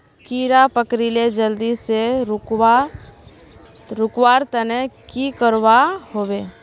कीड़ा पकरिले जल्दी से रुकवा र तने की करवा होबे?